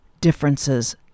differences